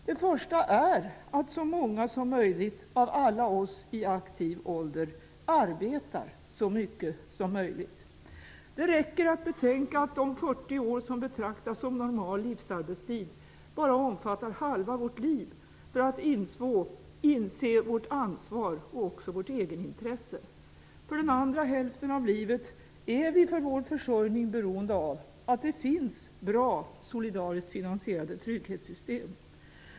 Den första är att så många som möjligt av alla oss i aktiv ålder arbetar så mycket som möjligt. Det räcker att betänka att de 40 år som betraktas som normal livsarbetstid bara omfattar halva vårt liv för att inse vårt ansvar och vårt egenintresse. För den andra hälften av livet är vi för vår försörjning beroende av att det finns bra, solidariskt finansierade trygghetssystem.